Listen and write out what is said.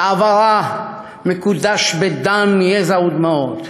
שעברה מקודש בדם, יזע ודמעות,